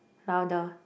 louder